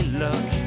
look